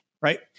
right